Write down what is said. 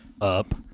Up